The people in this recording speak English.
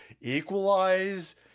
equalize